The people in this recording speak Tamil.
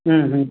ம் ம்